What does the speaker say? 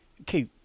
Okay